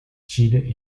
chile